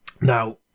Now